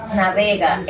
navega